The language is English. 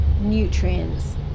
nutrients